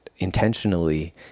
intentionally